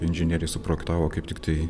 inžinieriai suprojektavo kaip tik tai